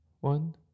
One